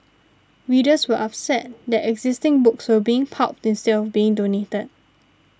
readers were upset that existing books were being pulped instead of being donated